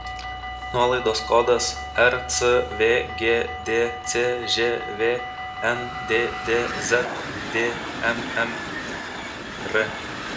nuolaidos kodas rcvg dcžv nddz dmmr